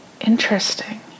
Interesting